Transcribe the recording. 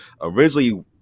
originally